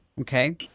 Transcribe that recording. Okay